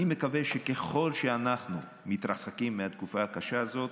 אני מקווה שככל שאנחנו מתרחקים מהתקופה הקשה הזאת,